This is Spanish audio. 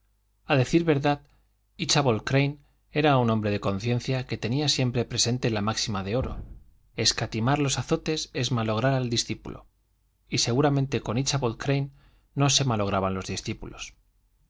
a decir verdad íchabod crane era un hombre de conciencia que tenía siempre presente la máxima de oro escatimar los azotes es malograr al discípulo y seguramente con íchabod crane no se malograban los discípulos